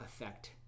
affect